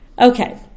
Okay